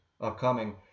upcoming